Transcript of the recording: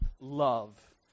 love